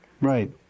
Right